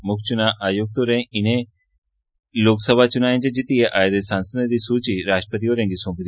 मुक्ख चुनां आयुक्त होरें इनें लोकसभा चुनाएं च जित्तियै आए दे सांसदें दी सूचि राश्ट्रपति होरें गी सौंपी